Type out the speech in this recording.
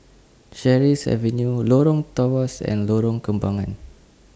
Sheares Avenue Lorong Tawas and Lorong Kembangan